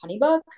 HoneyBook